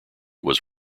was